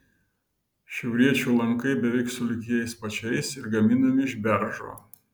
šiauriečių lankai beveik sulig jais pačiais ir gaminami iš beržo